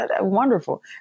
Wonderful